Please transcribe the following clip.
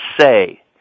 say